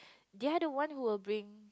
the other one who will bring